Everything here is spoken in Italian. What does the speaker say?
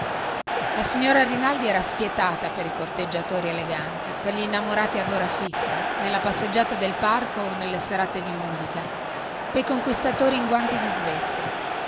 la signora rinaldi era spietata per i corteggiatori eleganti per gli innamorati ad ora fissa nella passeggiata del parco o nelle serate di musica pei conquistatori in guanti di svezia